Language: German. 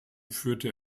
führte